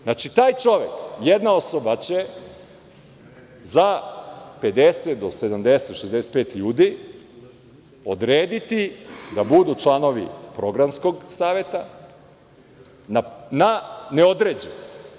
Znači, taj čovek, jedna osoba će za 50, 70 ili 65 ljudi odrediti da budu članovi Programskog saveta na neodređeno.